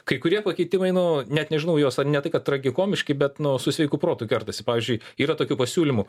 kai kurie pakeitimai nu net nežinau juos ar ne tai kad tragikomiški bet nu su sveiku protu kertasi pavyzdžiui yra tokių pasiūlymų